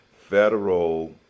federal